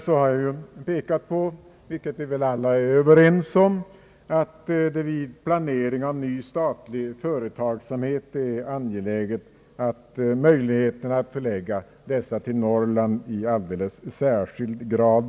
Jag har också pekat på — vilket vi väl alla är överens om — att det vid planering av ny statlig företagsamhet är angeläget att möjligheterna att förlägga denna till Norrland särskilt beaktas.